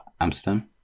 amsterdam